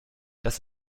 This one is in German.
das